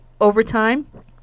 overtime